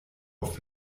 auf